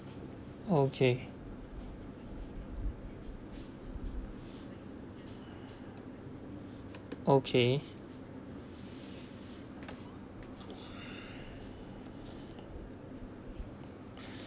okay okay